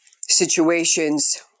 situations